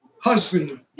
husband